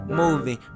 moving